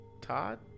Todd